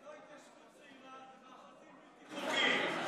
זה לא התיישבות צעירה, זה מאחזים בלתי חוקיים.